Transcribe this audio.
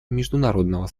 международного